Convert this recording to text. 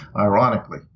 ironically